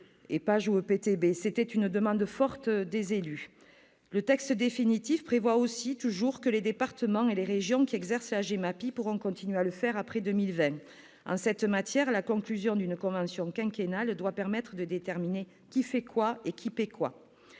C'était une demande forte des élus. Le texte définitif prévoit toujours que les départements et les régions qui exercent cette compétence pourront continuer à le faire après 2020. En cette matière, la conclusion d'une convention quinquennale doit permettre de déterminer « qui fait quoi » et « qui paie quoi